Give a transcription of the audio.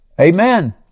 Amen